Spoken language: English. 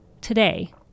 Today